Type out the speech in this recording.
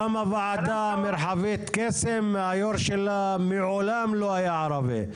גם הוועדה המרחבית קסם היו"ר שלה מעולם לא היה ערבי.